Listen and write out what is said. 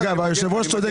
אגב, היושב-ראש צודק.